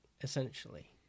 essentially